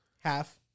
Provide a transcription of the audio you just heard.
Half